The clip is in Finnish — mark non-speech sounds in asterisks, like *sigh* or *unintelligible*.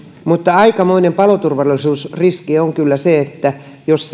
mutta aikamoinen paloturvallisuusriski on kyllä se jos *unintelligible*